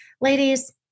Ladies